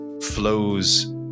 flows